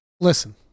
Listen